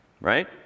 Right